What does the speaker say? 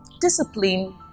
Discipline